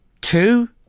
Two